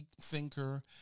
thinker